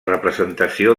representació